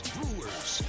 Brewers